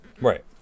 right